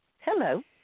Hello